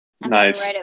Nice